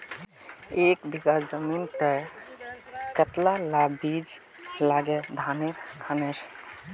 एक बीघा जमीन तय कतला ला बीज लागे धानेर खानेर?